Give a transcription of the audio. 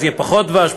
אז יהיה פחות דבש,